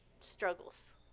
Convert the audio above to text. struggles